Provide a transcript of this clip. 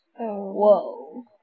whoa